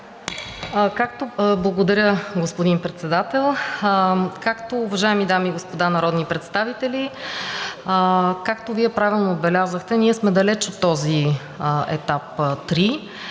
Благодаря, господин Председател. Уважаеми дами и господа народни представители! Както Вие правилно отбелязахте, ние сме далеч от този етап 3.